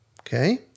Okay